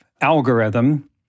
algorithm